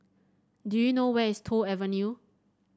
do you know where is Toh Avenue